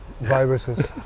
viruses